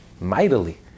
mightily